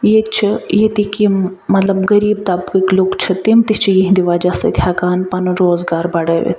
ییٚتہِ چھُ ییٚتِکۍ یِم مطلب غریٖب طبقٕق لوٗکھ چھِ تِم تہِ چھِ یہنٛدِ وجہ سۭتۍ ہیٚکان پنُن روزگار بڑھٲوِتھ